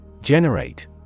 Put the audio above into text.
Generate